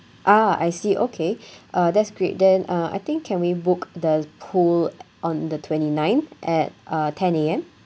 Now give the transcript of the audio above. ah I see okay uh that's great then uh I think can we book the pool on the twenty nine at uh ten A_M